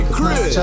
Chris